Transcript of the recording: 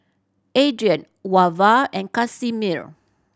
Adrien Wava and Casimir